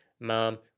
Mom